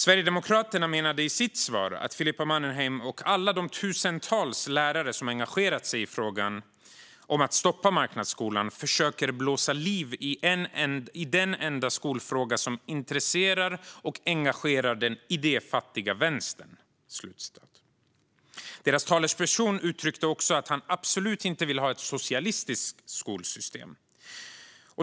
Sverigedemokraterna menade i sitt svar att Filippa Mannerheim och alla de tusentals lärare som har engagerat sig i frågan att stoppa marknadsskolan försöker att blåsa liv i den enda skolfråga som intresserar och engagerar den idéfattiga vänstern. Deras talesperson uttryckte också att han absolut inte vill ha ett socialistiskt skolsystem.